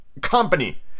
company